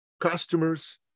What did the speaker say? customers